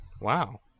Wow